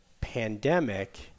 pandemic